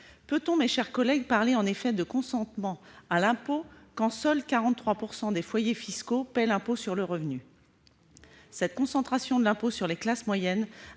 Peut-on, mes chers collègues, parler de « consentement à l'impôt » quand seulement 43 % des foyers fiscaux paient l'impôt sur le revenu ? Cette concentration de l'impôt sur les classes moyennes